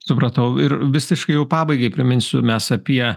supratau ir visiškai jau pabaigai priminsiu mes apie